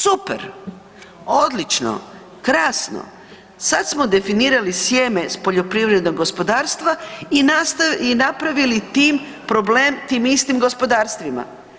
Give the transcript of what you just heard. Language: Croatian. Super, odlično, krasno, sad smo definirali sjeme s poljoprivrednog gospodarstva i napravili tim problem tim istim gospodarstvima.